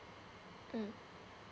mm